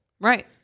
Right